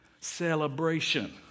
Celebration